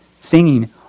singing